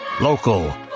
Local